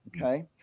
Okay